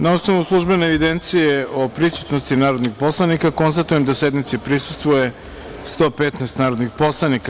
Na osnovu službene evidencije o prisutnosti narodnih poslanika, konstatujem da sednici prisustvuje 115 narodnih poslanika.